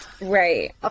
right